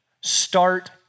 Start